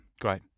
Great